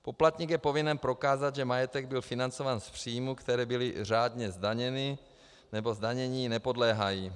Poplatník je povinen prokázat, že majetek byl financován z příjmů, které byly řádně zdaněny nebo zdanění nepodléhají.